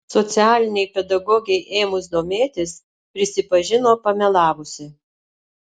socialinei pedagogei ėmus domėtis prisipažino pamelavusi